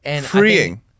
freeing